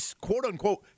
quote-unquote